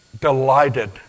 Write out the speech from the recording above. delighted